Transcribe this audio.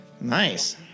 Nice